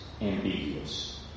ambiguous